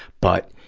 but,